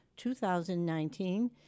2019